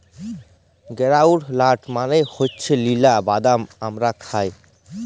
গেরাউলড লাট মালে হছে চিলা বাদাম আমরা খায়